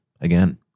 again